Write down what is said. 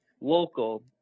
local